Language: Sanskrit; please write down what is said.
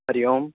हरिः ओम्